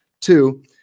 Two